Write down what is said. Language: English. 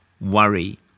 worry